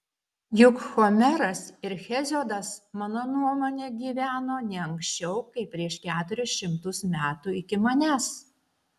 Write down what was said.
juk homeras ir heziodas mano nuomone gyveno ne anksčiau kaip prieš keturis šimtus metų iki manęs